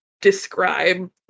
describe